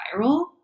viral